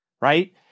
right